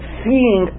seeing